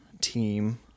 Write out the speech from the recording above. team